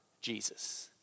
Jesus